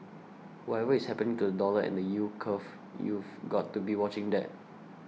whatever is happening to the dollar and the yield curve you've got to be watching that